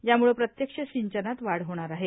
यामुळं प्रत्यक्ष सिंचनात वाढ होणार आहे